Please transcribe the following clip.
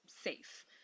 safe